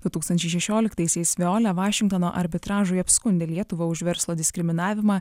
du tūkstančiai šešioliktaisiais veolę vašingtono arbitražui apskundė lietuvą už verslo diskriminavimą